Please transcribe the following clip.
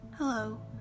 Hello